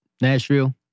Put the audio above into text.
Nashville